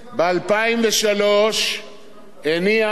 ב-2003 הניח שר האוצר אז,